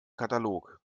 katalog